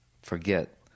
forget